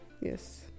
yes